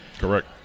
correct